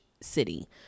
city